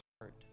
heart